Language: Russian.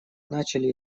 начали